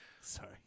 Sorry